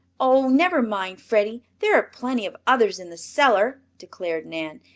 oh, never mind, freddie, there are plenty of others in the cellar, declared nan.